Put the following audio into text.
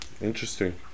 interesting